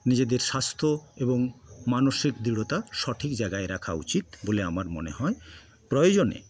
নিজেদের স্বাস্থ্য এবং মানসিক দৃঢ়তা সঠিক জায়গায় রাখা উচিত বলে আমার মনে হয় প্রয়োজনে